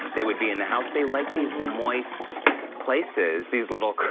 they would be in the house. they like these moist places. these little